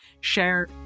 share